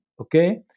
okay